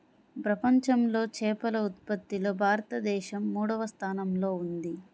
ప్రపంచంలో చేపల ఉత్పత్తిలో భారతదేశం మూడవ స్థానంలో ఉంది